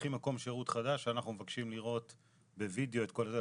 וכשפותחים מקום שירות חדש אנחנו מבקשים לראות בווידיאו את כל זה.